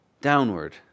downward